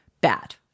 bad